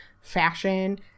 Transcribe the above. fashion